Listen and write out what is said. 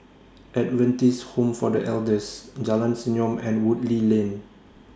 Adventist Home For The Elders Jalan Senyum and Woodleigh Lane